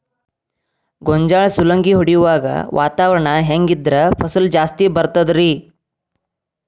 ಗೋಂಜಾಳ ಸುಲಂಗಿ ಹೊಡೆಯುವಾಗ ವಾತಾವರಣ ಹೆಂಗ್ ಇದ್ದರ ಫಸಲು ಜಾಸ್ತಿ ಬರತದ ರಿ?